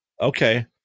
Okay